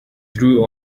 drew